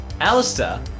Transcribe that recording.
Alistair